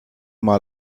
mal